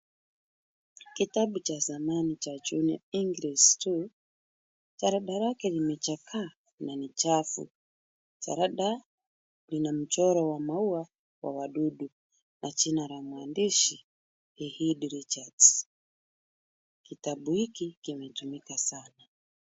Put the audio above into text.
Kitabu cha zamani cha Junior English 2. Jalada lake limechakaa na ni chafu. Jalada lina mchoro wa maua wa wadudu na jina la mwandishi ni Haydn Richards. Kitabu hiki kimetumika sana.